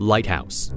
Lighthouse